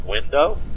window